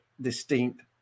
distinct